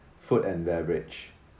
food and beverage